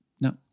no